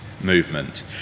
movement